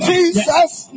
Jesus